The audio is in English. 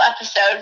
episode